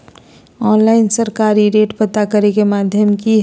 Online सरकारी rate पता करे के माध्यम की हय?